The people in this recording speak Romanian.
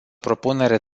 propunere